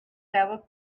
ever